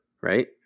right